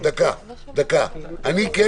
אני לא